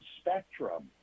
spectrum